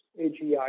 AGI